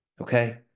Okay